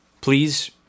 Please